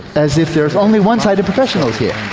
as if there's only one side of professionals here.